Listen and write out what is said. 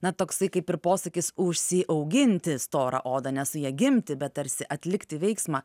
na toksai kaip ir posakis užsiauginti storą odą ne su ja gimti bet tarsi atlikti veiksmą